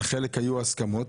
על חלק היו הסכמות.